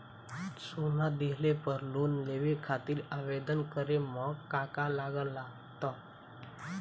सोना दिहले पर लोन लेवे खातिर आवेदन करे म का का लगा तऽ?